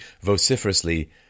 vociferously